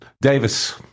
Davis